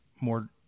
more